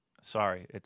Sorry